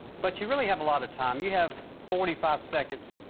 but you really have a lot of time. you have forty five seconds,